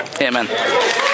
Amen